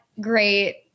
great